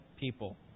people